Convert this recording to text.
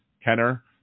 Kenner